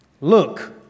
Look